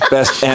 Best